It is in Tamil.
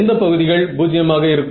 எந்த பகுதிகள் 0 ஆக இருக்கும்